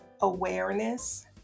awareness